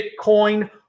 Bitcoin